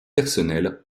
personnel